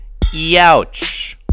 Youch